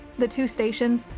the two stations,